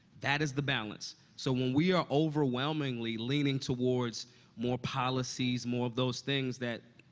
that is the balance. so when we are overwhelmingly leaning towards more policies, more of those things that,